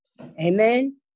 Amen